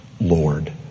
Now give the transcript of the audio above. Lord